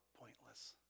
pointless